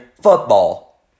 football